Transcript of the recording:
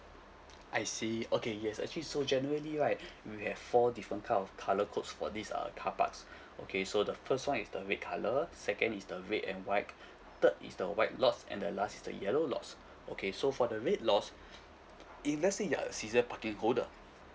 I see okay yes actually so generally right we have four different kind of colour codes for this uh car parks okay so the first one is the red colour second is the red and white third is the white lots and the last is the yellow lots okay so for the red lots if let's say you are a seasons parking holder